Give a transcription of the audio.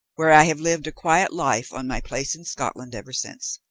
where i have lived a quiet life on my place in scotland ever since.